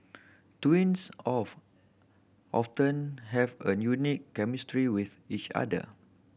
twins of often have a unique chemistry with each other